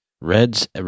Reds